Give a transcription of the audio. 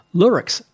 lyrics